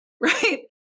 Right